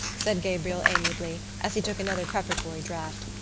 said gabriel amiably, as he took another preparatory draught,